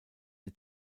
ihr